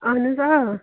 اہن حظ آ